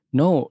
no